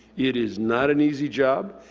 it is not an easy job.